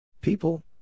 People